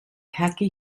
khaki